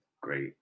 great